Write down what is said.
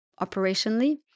operationally